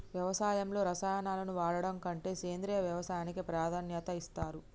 వ్యవసాయంలో రసాయనాలను వాడడం కంటే సేంద్రియ వ్యవసాయానికే ప్రాధాన్యత ఇస్తరు